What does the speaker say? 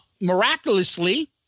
Miraculously